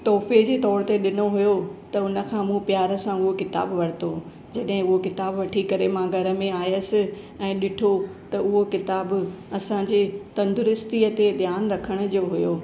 तोहफ़े ते तौरु ते ॾिनो हुयो त हुनखां मूं प्यारु सां हूअ किताबु वरितो जॾहिं उहो क़िताबु वठी करे मां घर में आयसि ऐं ॾिठो त उहो क़िताबु असांजे तंदुरुस्तीअ ते ध्यानु रखण जो हुयो